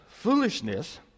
Foolishness